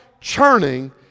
churning